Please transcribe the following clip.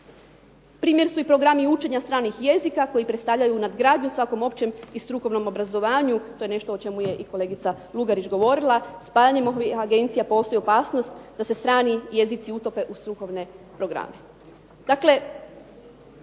Primjer su i programi učenja stranih jezika koji predstavljaju nadgradnju svakom općem i strukovnom obrazovanju, to je nešto o čemu je i kolegica Lugarić govorila. Spajanjem ovih agencija postoji opasnost da se strani jezici utope u strukovne programe.